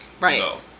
Right